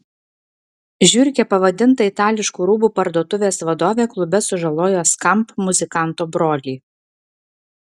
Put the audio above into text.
žiurke pavadinta itališkų rūbų parduotuvės vadovė klube sužalojo skamp muzikanto brolį